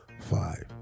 Five